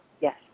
Yes